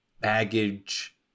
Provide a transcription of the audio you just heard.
baggage